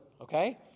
okay